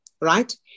right